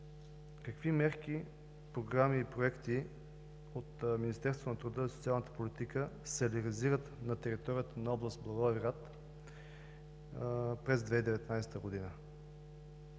какви мерки, програми и проекти от Министерството на труда и социалната политика се реализират на територията на област Благоевград през 2019 г.?